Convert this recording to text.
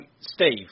Steve